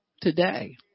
today